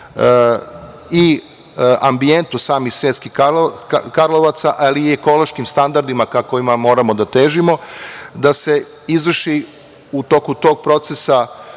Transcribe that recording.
ambijentu samih Sremskih Karlovaca, ali i ekološkim standardima ka kojima moramo da težimo da se izvrši u toku tog procesa